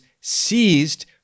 seized